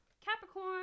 Capricorn